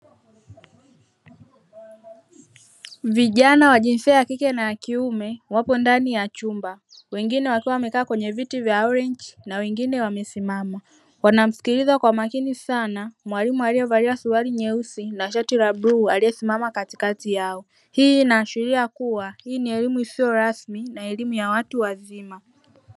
Vijana wa jinsia ya kike na ya kiume wapo ndani ya chumba wengine wakiwa wamekaa kwenye viti vya orenji na wengine wamesimama wanamsikiliza kwa makini sana mwalimu aliyevalia suruari ya nyeusi na shati la buluu aiyesimama katikati yao, hii ina ashiria kuwa hii ni elimu ya isiyo rasmi na elimu ya watu wazima.